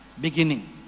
Beginning